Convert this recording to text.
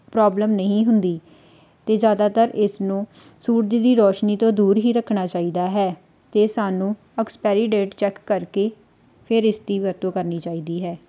problem ਨਹੀਂ ਹੁੰਦੀ ਅਤੇ ਜ਼ਿਆਦਾਤਰ ਇਸਨੂੰ ਸੂਰਜ ਦੀ ਰੌਸ਼ਨੀ ਤੋਂ ਦੂਰ ਹੀ ਰੱਖਣਾ ਚਾਹੀਦਾ ਹੈ ਅਤੇ ਸਾਨੂੰ ਐਕਸਪੈਰੀ ਡੇਟ ਚੈੱਕ ਕਰਕੇ ਫਿਰ ਇਸਦੀ ਵਰਤੋਂ ਕਰਨੀ ਚਾਹੀਦੀ ਹੈ